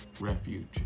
Refuge